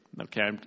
Okay